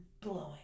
blowing